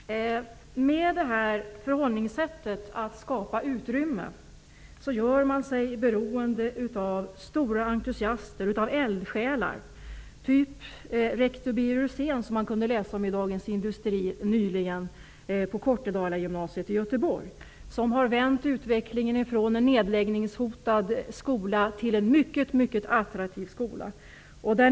Fru talman! Med det här förhållningssättet att skapa utrymme gör man sig beroende av stora entusiaster, av eldsjälar, såsom rektor Birger Rosén, som man nyligen kunde läsa om i Dagens industri, som arbetar på Kortedalagymnasiet i Göteborg. Birger Rosén har vänt utvecklingen i skolan, från en nedläggningshotad till en mycket attraktiv skola.